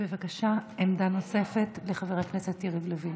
בבקשה, עמדה נוספת לחבר הכנסת יריב לוין.